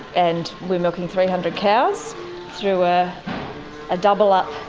and we're milking three hundred cows through a double-up,